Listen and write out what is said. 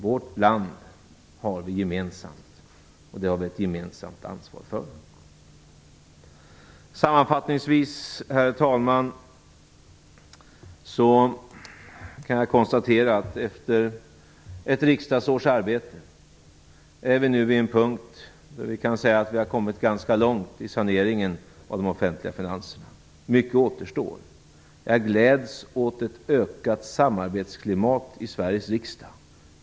Vårt land har vi gemensamt, och det har vi ett gemensamt ansvar för. Herr talman! Sammanfattningsvis kan jag konstatera att vi efter ett riksdagsårs arbete är vid en punkt där vi kan säga att vi har kommit ganska långt i saneringen av de offentliga finanserna. Mycket återstår dock. Jag gläds åt ett ökat samarbetsklimat i Sveriges riksdag.